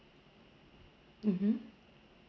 mmhmm